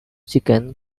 chicken